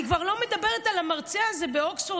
אני כבר לא מדברת על המרצה הזה באוקספורד